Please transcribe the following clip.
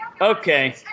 Okay